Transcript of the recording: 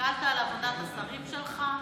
הקלת על עבודת השרים שלך?